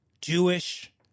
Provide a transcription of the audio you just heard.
Jewish